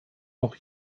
noch